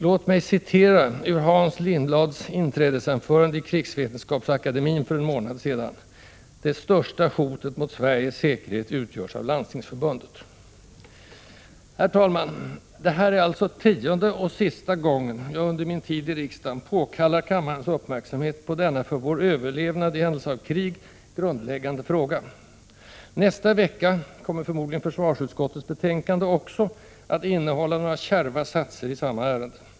Låt mig citera ur Hans Lindblads inträdesanförande i krigsvetenskapsakademien för en måndad sedan: ”Det största hotet mot Sveriges säkerhet utgörs av Landstingsförbundet.” Herr talman! Det här är alltså tionde — och sista — gången jag under min tid i riksdagen påkallar kammarens uppmärksamhet i denna för vår överlevnad i händelse av krig grundläggande fråga. Nästa vecka kommer förmodligen försvarsutskottets betänkande också att innehålla några kärva satser i samma ärende.